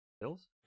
Bills